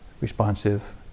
responsive